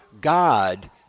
God